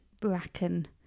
bracken